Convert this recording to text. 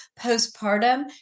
postpartum